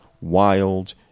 wild